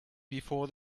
before